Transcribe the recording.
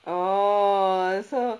oo so